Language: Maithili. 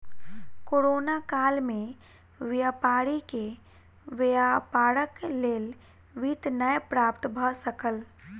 कोरोना काल में व्यापारी के व्यापारक लेल वित्त नै प्राप्त भ सकल